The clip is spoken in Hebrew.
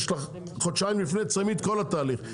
יש לך חודשיים לפני תסיימי את כל התהליך,